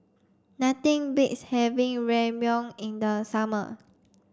nothing beats having Ramyeon in the summer